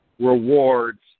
rewards